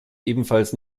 ebenfalls